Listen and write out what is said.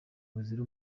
buzira